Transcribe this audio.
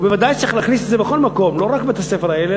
וודאי שצריך להכניס את זה בכל מקום לא רק בבתי-הספר האלה,